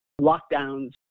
lockdowns